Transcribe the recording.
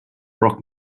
rock